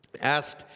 Asked